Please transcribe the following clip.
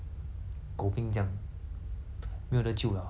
但是 hor 我们要自己站起来 lor like